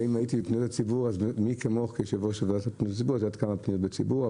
הייתי בוועדה לפניות הציבור והיו פניות ציבור רבות.